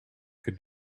could